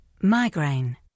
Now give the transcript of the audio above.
migraine